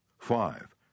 Five